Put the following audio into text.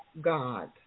God